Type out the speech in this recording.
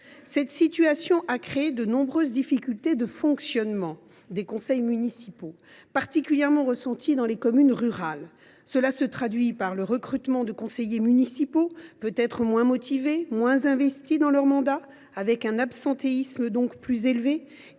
Cette situation a engendré de nombreuses difficultés de fonctionnement pour les conseils municipaux, particulièrement dans les communes rurales. Cela se traduit par le recrutement de conseillers municipaux moins motivés et moins investis dans leur mandat, un absentéisme plus élevé